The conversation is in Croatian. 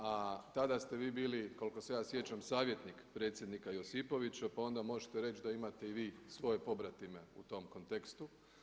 A tada ste vi bili koliko se ja sjećam savjetnik predsjednika Josipovića pa onda možete reći da imate i vi svoje pobratime u tom kontekstu.